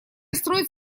строить